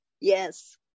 Yes